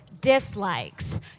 dislikes